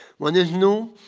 what is new,